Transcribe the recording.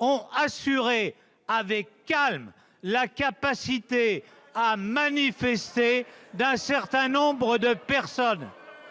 ont assuré avec calme le droit à manifester d'un certain nombre de personnes.